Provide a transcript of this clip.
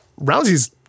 Rousey's